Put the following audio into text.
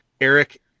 Eric